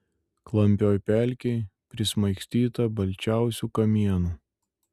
klampioj pelkėj prismaigstyta balčiausių kamienų